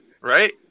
right